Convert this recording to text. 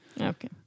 Okay